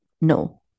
No